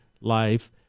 life